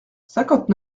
cinquante